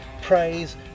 praise